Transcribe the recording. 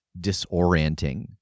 disorienting